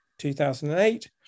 2008